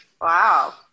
Wow